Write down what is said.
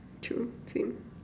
true same